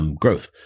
Growth